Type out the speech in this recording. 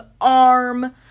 arm